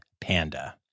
panda